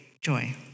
joy